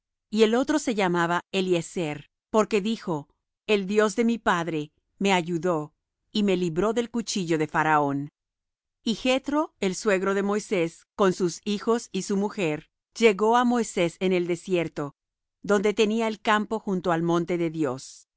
el otro se llamaba eliezer porque dijo el dios de mi padre me ayudó y me libró del cuchillo de faraón y jethro el suegro de moisés con sus hijos y su mujer llegó á moisés en el desierto donde tenía el campo junto al monte de dios